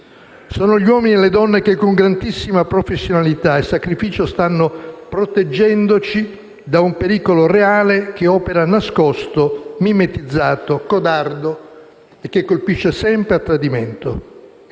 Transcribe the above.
Sono gli uomini e le donne che, con grandissima professionalità e sacrificio, stanno proteggendoci da un pericolo reale che opera nascosto, mimetizzato, codardo e che colpisce sempre a tradimento.